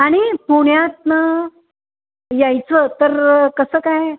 आणि पुण्यातनं यायचं तर कसं काय